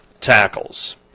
tackles